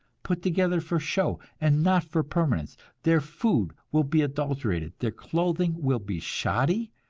put together for show and not for permanence their food will be adulterated, their clothing will be shoddy,